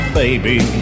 baby